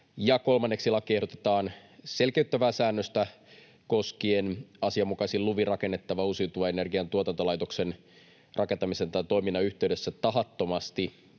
Kolmanneksi lakiin ehdotetaan selkeyttävää säännöstä koskien asianmukaisin luvin rakennettavan uusiutuvan energian tuotantolaitoksen rakentamisen tai toiminnan yhteydessä tahattomasti